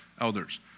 elders